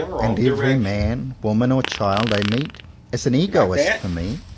and every man, woman or child i meet is an egoist for me.